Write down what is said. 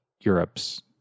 Europe's